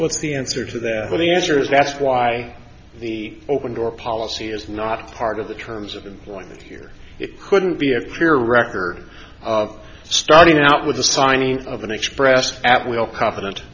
s the answer to that when the answer is that's why the open door policy is not part of the terms of employment here it couldn't be a pure record of starting out with the signing of an expressed at will confident